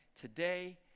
today